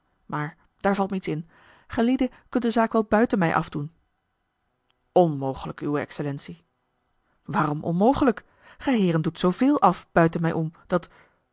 maar daar valt me iets in gijlieden kunt de zaak wel buiten mij afdoen onmogelijk uwe excellentie waarom onmogelijk gij heeren doet zooveel af buiten mij om dat